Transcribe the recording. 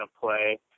play